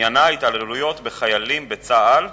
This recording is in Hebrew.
שעניינה התעללויות בחיילים בצה"ל.